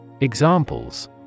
Examples